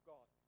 God